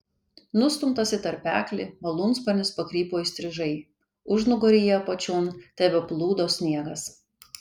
nustumtas į tarpeklį malūnsparnis pakrypo įstrižai užnugaryje apačion tebeplūdo sniegas